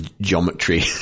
geometry